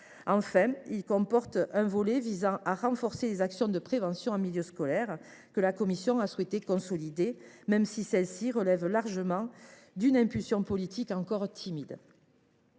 Enfin, le texte comporte un volet visant à renforcer les actions de prévention en milieu scolaire, que la commission a souhaité consolider, même si celles ci relèvent largement d’une impulsion politique encore timide.